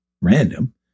random